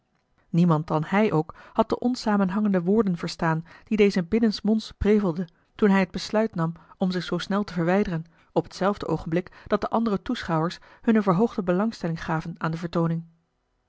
niemand dan hij ook had de onsamenhangende woorden verstaan die deze binnensa l g bosboom-toussaint de delftsche wonderdokter eel monds prevelde toen hij het besluit nam om zich zoo snel te verwijderen op hetzelfde oogenblik dat de andere toeschouwers hunne verhoogde belangstelling gaven aan de vertooning